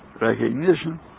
recognition